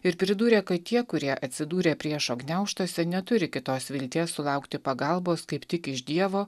ir pridūrė kad tie kurie atsidūrė priešo gniaužtuose neturi kitos vilties sulaukti pagalbos kaip tik iš dievo